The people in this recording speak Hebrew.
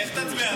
איך תצביע?